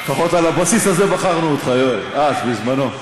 לפחות על הבסיס הזה בחרנו אותך, יואל, אז, בזמנו.